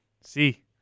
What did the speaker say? See